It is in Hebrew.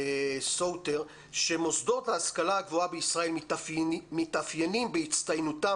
סאוטר שהמוסדות להשכלה הגבוהה בישראל מתאפיינים בהצטיינותם